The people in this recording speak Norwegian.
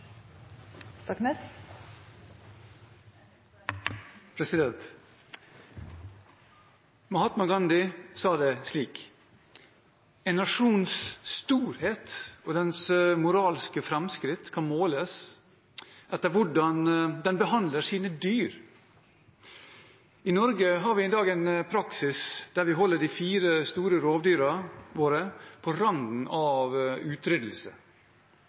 Mahatma Gandhi sa det slik: En nasjons storhet og dens moralske framskritt kan måles etter hvordan den behandler sine dyr. I Norge har vi i dag en praksis der vi holder de fire store rovdyrene våre på randen av utryddelse.